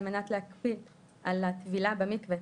על מנת להקפיד על הטבילה במקווה,